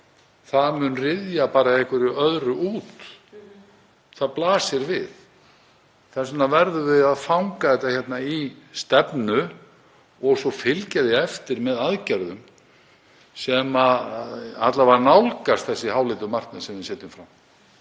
Það mun bara ryðja einhverju öðru út. Það blasir við. Þess vegna verðum við að fanga þetta í stefnu og fylgja því svo eftir með aðgerðum sem alla vega nálgast þessi háleitu markmið sem við setjum fram.